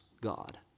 God